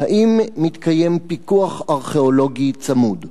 2. האם מתקיים פיקוח ארכיאולוגי צמוד?